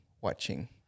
watching